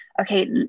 okay